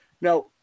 Now